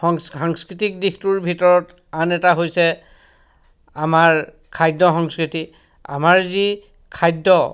সং সাংস্কৃতিক দিশটোৰ ভিতৰত আন এটা হৈছে আমাৰ খাদ্য সংস্কৃতি আমাৰ যি খাদ্য